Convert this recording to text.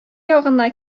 ягына